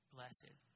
Blessed